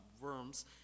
Worms